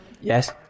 Yes